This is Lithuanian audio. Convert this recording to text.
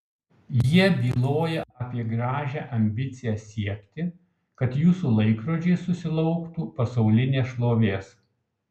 jie byloja apie gražią ambiciją siekti kad jūsų laikrodžiai susilauktų pasaulinės šlovės